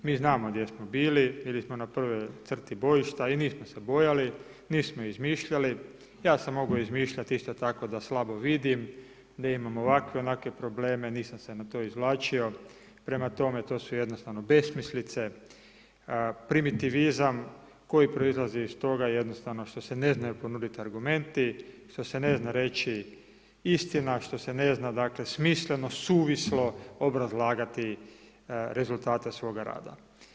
Mi znamo gdje smo bili, bili smo na prvoj crti bojišta i nismo se bojali, nismo izmišljali, ja sam mogao izmišljati isto tako da slabo vidim, da imam ovakve, onakve probleme nisam se na to izvlačio, prema tome to su jednostavno besmislice, primitivizam koji proizlazi iz toga jednostavno što se ne znaju ponuditi argumenti, što se ne zna reći istina, što se ne zna dakle, smišljeno, suvislo obrazlagati rezultate svoga rada.